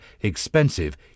expensive